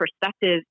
perspective